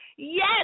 Yes